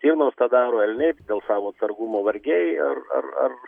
stirnos tą daro elniai dėl savo atsargumo vargiai ar ar ar